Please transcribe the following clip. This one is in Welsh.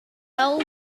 sawl